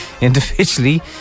individually